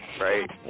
right